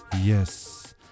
Yes